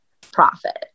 profit